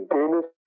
Danish